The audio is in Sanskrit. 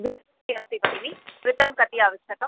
घृतं पि अस्ति भगिनी घृतं कति आवश्यकं